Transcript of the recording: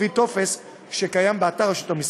לפי טופס שיש באתר רשות המסים.